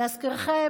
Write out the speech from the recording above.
להזכירכם,